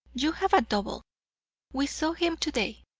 you have a double we saw him today.